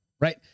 right